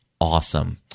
awesome